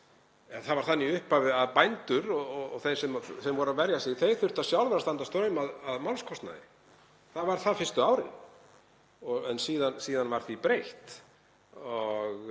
að það var þannig í upphafi, að bændur og þeir sem voru að verja sig þurftu sjálfir að standa straum af málskostnaði. Það var það fyrstu árin en síðan var því breytt.